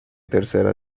tercera